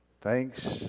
thanks